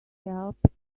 helped